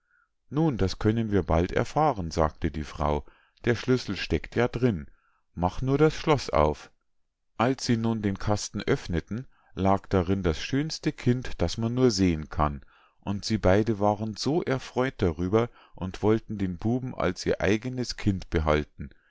nun das können wir bald erfahren sagte die frau der schlüssel steckt ja drin mach nur das schloß auf als sie nun den kasten öffneten lag darin das schönste kind das man nur sehen kann und sie waren beide so erfreu't darüber und wollten den buben als ihr eigenes kind behalten